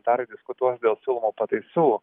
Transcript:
dar diskutuos dėl siūlomų pataisų